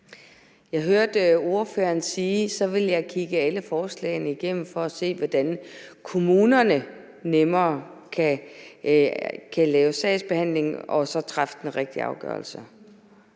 Jeg hørte ordføreren sige, at så ville hun kigge alle forslagene igennem for at se, hvordan kommunerne nemmere kan lave sagsbehandling og så træffe den rigtige afgørelse.